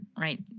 right